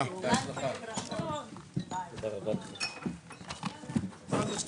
הישיבה ננעלה בשעה 10:58.